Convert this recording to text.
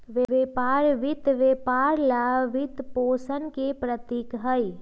व्यापार वित्त व्यापार ला वित्तपोषण के प्रतीक हई,